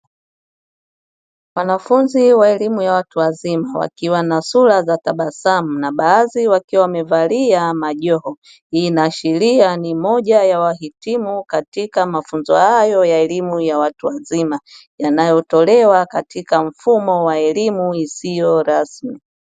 Wanafunzi wa elimu ya watu wazima wakiwa na sura za tabasamu na baadhi wakiwa wamevalia majoho, hii inaashiria ni moja ya wahitimu katika mafunzo hayo ya elimu ya watu wazima yanayotolewa katika mfumo wa elimu isiyo rasmi.